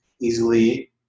easily